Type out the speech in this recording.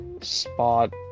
spot